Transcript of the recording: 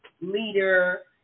leader